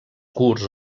curts